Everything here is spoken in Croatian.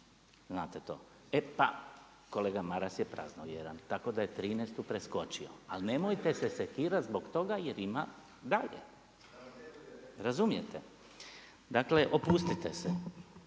znate to? E pa kolega Maras je praznovjeran, tako da je 13.-tu preskočio. Ali nemojte se sekirati zbog toga jer ima dalje, razumijete? Dakle opustite se,